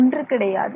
ஒன்று கிடையாது